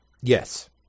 Yes